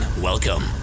welcome